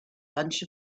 bunch